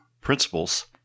principles